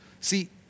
See